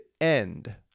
end